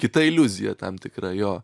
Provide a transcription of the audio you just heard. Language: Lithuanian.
kita iliuzija tam tikra jo